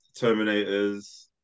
Terminators